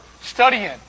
studying